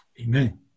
Amen